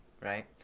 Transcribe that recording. right